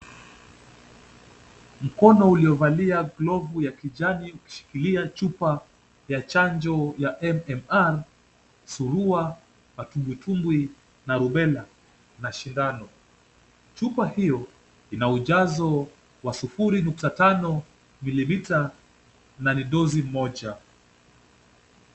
Mkono uliovalia glavu ya kijani ukishikilia chupa ya chanjo ya MMR surua, matumbwitumbwi na rubela na sindano. Chupa hiyo ina ujazo wa sufuri nukta tano milimita na ni dozi moja.